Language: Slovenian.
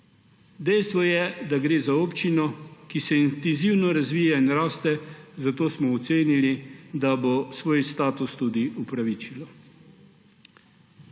Dejstvo je, da gre za občino, ki se intenzivno razvija in raste, zato smo ocenili, da bo svoj status tudi opravičila.